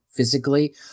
physically